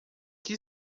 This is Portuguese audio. que